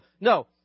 No